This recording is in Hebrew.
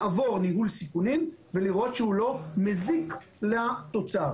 לעבור ניהול סיכונים ולראות שהוא לא מזיק לתוצר.